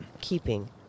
keeping